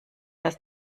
dass